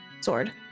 sword